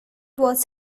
was